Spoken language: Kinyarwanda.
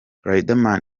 riderman